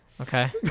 Okay